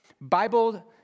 Bible